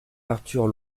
arthur